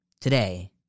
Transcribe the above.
today